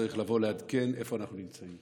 צריך לבוא לעדכן איפה אנחנו נמצאים.